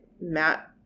Matt